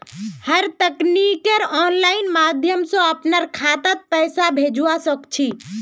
हर तरीकार आनलाइन माध्यम से अपनार खातात पैसाक भेजवा सकछी